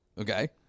Okay